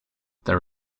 there